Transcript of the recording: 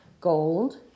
gold